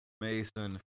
Mason